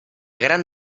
gran